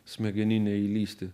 smegeninę įlįsti